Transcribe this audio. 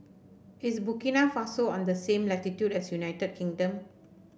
is Burkina Faso on the same latitude as United Kingdom